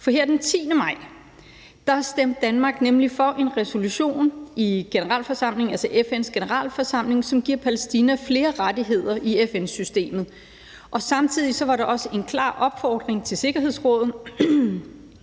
For her den 10. maj stemte Danmark nemlig for en resolution i FN's Generalforsamling, som giver Palæstina flere rettigheder i FN-systemet, og samtidig var der også en klar opfordring til Sikkerhedsrådet